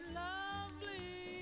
lovely